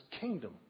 kingdom